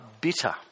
bitter